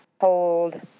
hold